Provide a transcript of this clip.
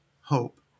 hope